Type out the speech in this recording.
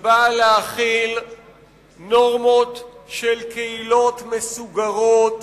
היא באה להחיל נורמות של קהילות מסוגרות,